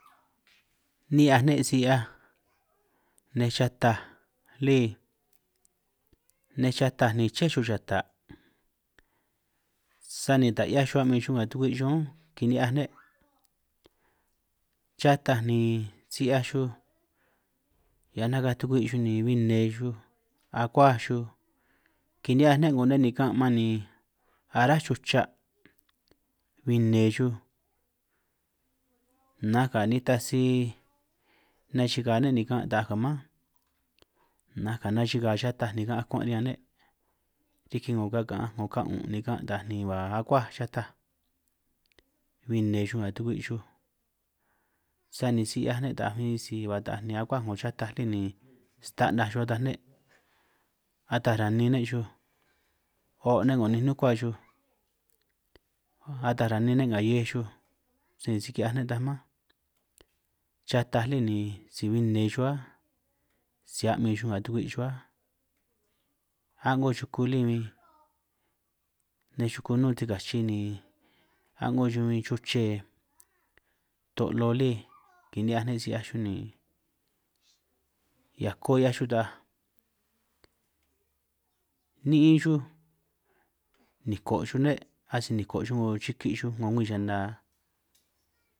Ni'hiaj ne' si 'hiaj nej xata' lí nej xataj ni ché xuj yata', sani taj 'hiaj xuj a'min xuj nga tukwi' xuj únj, kini'hiaj ne' xataj ni si 'hiaj xuj hiaj nakaj tukwi' xuj ni huin nne xuj akuaj xuj, kini'hiaj ne' 'ngo ne' nikan' man ni aráj xuj cha', bin nne xuj nanj ka nitaj si nechigaj ne' nikan' taaj ka' mánj, nanj kanachigaj xataj nigan' akuan' riñan ne', riki 'ngo ka kaanj 'ngo ka 'un'un nigan' taaj ni ba akuaj xataj bin nne xuj nga tukwi' xuj, sani si 'hiaj ne' taaj bin sisi ba taaj ni akuaj 'ngo xataj lí ni sta'naj xuj ataj ne', ata ranin' ne' xuj o' ne' 'ngo ninj nukuaj xuj, ata ranin ne' nga hiej xuj sani si ki'hiaj ne' taj mánj, xata lí ni si bin nne xuj áj, si a'min xuj nga tukwui' xuj áj, a'ngo yuku lí huin nej yuku nnún sikachi ni a'ngo xuj bin chuche to'lo lí, kini'hiaj ne' si 'hiaj xuj ni hiako 'hiaj xuj taaj, ni'in xuj niko' xuj ne' asij niko' xuj 'ngo chiki' xuj 'ngo ngwii yana.